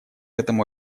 этому